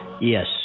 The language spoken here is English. Yes